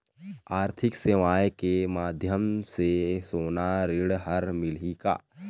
आरथिक सेवाएँ के माध्यम से सोना ऋण हर मिलही का?